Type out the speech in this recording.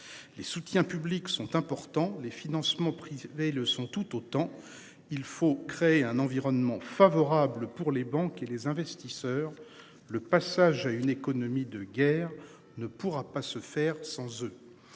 Les soutiens publics sont importants, les financements privés le sont tout autant. Il faut créer un environnement favorable pour les banques et les investisseurs. Le passage à une économie de guerre ne pourra pas se faire sans eux.